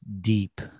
deep